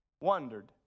wondered